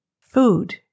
Food